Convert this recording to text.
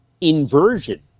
inversion